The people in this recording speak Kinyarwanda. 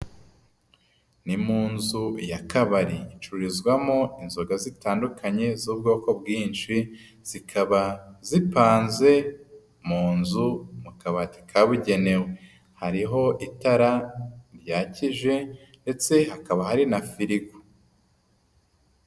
Ni mu nzu y'akabari, icururizwamo inzoga zitandukanye z'ubwoko bwinshi zikaba zipanze munzu mu kabati kabugenewe, hariho itara ryakije ndetse hakaba hari na firigo.